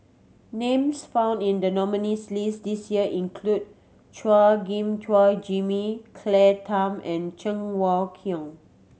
names found in the nominees' list this year include Chua Gim Guan Jimmy Claire Tham and Cheng Wai Keung